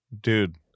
dude